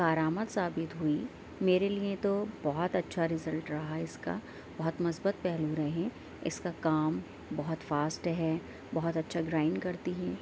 کارآمد ثابت ہوئی میرے لئے تو بہت اچھا رزلٹ رہا ہے اس کا بہت مثبت پہلو رہے اس کا کام بہت فاسٹ ہے بہت اچھا گرائنڈ کرتی ہے